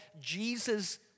Jesus